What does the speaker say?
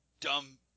dumb